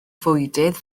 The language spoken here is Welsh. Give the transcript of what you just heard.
fwydydd